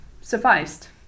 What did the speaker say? sufficed